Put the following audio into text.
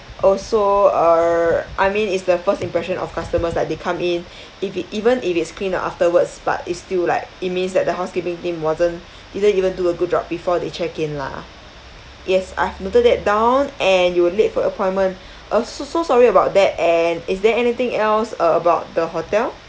also err I mean it's the first impression of customers like they come in if it even if it's cleaned up afterwards but it's still like it means that the housekeeping team wasn't didn't even do a good job before they check in lah yes I've noted that down and you were late for appointment uh so so sorry about that and is there anything else about the hotel